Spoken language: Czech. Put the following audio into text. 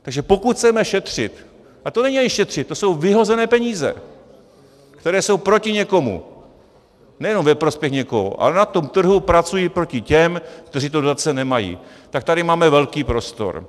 Takže pokud chceme šetřit, a to není ani šetřit, to jsou vyhozené peníze, které jsou proti někomu, nejenom ve prospěch někoho, ale na tom trhu pracují proti těm, kteří ty dotace nemají, tak tady máme velký prostor.